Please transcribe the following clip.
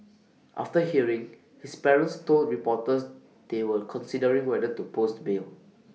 after hearing his parents told reporters they were considering whether to post bail